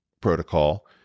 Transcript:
protocol